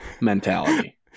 mentality